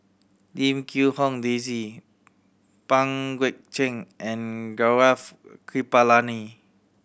Lim Quee Hong Daisy Pang Guek Cheng and Gaurav Kripalani